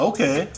Okay